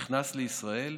נכנס לישראל,